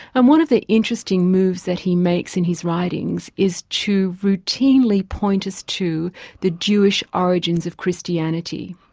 and one of the interesting moves that he makes in his writings, is to routinely point us to the jewish origins of christianity.